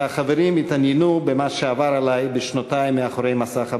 והחברים התעניינו במה שעבר עלי בשנותי מאחורי מסך הברזל.